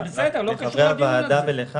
זה בסדר, וזה לא קשור לדיון הזה.